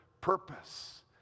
purpose